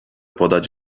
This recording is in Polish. podać